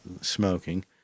smoking